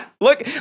Look